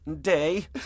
Day